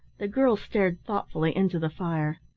the girl stared thoughtfully into the fire.